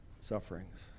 sufferings